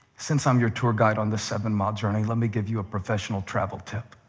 since i'm your tour guide on this seven-mile journey, let me give you a professional travel tip.